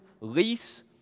lease